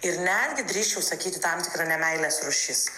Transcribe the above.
ir netgi drįsčiau sakyti tam tikra nemeilės rūšis